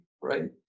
right